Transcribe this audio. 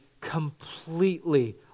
completely